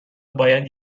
باید